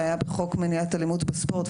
שהיה בחוק מניעת אלימות בספורט,